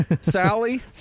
sally